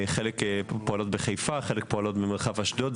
חלקן פועלות בחיפה וחלקן פועלות במרחב אשדוד.